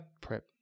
prep